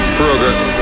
progress